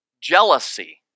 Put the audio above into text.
jealousy